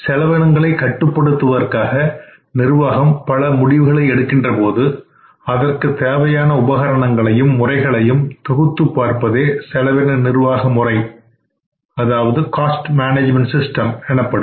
செலவினங்களை கட்டுப்படுத்துவதற்காக நிர்வாகம் பல முடிவுகளை எடுக்கின்ற போது அதற்கு தேவையான உபகரணங்களையும் முறைகளையும் தொகுத்து பார்ப்பதே காஸ்ட் மேனேஜ்மென்ட் சிஸ்டம் எனப்படும்